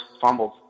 fumbled